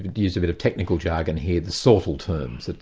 use a bit of technical jargon here, the sortal terms,